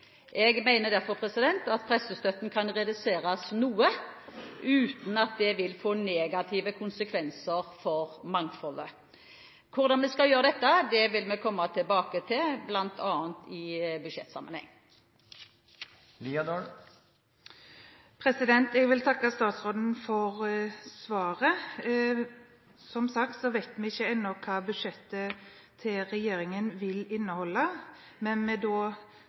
Jeg mener derfor at pressestøtten kan reduseres noe uten at det vil få negative konsekvenser for mangfoldet. Hvordan vi skal gjøre dette, vil jeg komme tilbake til, bl.a. i budsjettsammenheng. Jeg vil takke statsråden for svaret. Som sagt: Vi vet ennå ikke hva budsjettet til regjeringen vil inneholde, men vi